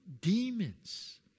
demons